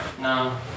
no